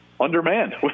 undermanned